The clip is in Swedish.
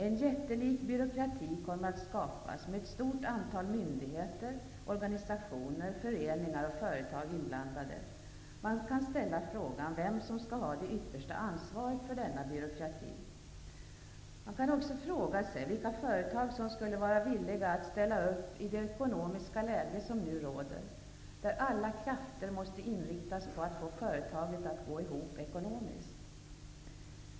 En jättelik byråkrati kommer att skapas, med ett stort antal myndigheter, organisationer, föreningar och företag inblandade. Man kan ställa frågan vem som skall ha det yttersta ansvaret för denna byråkrati. Man kan också fråga sig vilka företag som skulle vara villiga att ställa upp i det ekonomiska läge som nu råder, där alla krafter måste inriktas på att få företaget att gå ihop ekonomiskt.